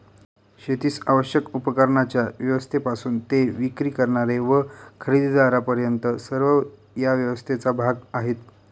शेतीस आवश्यक उपकरणांच्या व्यवस्थेपासून ते विक्री करणारे व खरेदीदारांपर्यंत सर्व या व्यवस्थेचा भाग आहेत